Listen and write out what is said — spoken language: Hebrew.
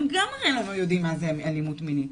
הם גם הרי לא יודעים באמת מה זו אלימות מינית,